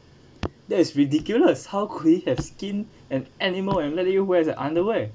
that is ridiculous how could he have skinned an animal and let you wear as a underwear